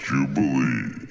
Jubilee